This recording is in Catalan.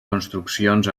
construccions